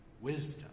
wisdom